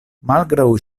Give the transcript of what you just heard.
malgraŭ